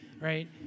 right